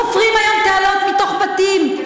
חופרים היום תעלות מתוך בתים,